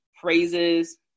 phrases